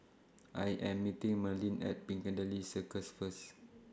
I Am meeting Merlene At Piccadilly Circus First